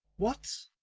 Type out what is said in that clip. what!